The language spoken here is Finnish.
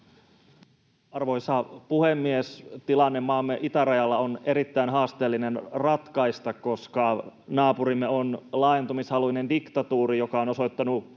Arvoisa puhemies! Tilanne maamme itärajalla on erittäin haasteellinen ratkaista, koska naapurimme on laajentumishaluinen diktatuuri, joka on osoittanut